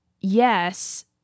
yes